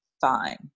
fine